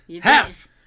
Half